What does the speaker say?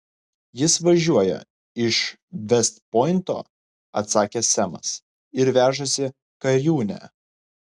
jis važiuoja iš vest pointo atsakė semas ir vežasi kariūnę